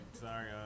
sorry